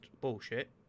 bullshit